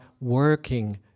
working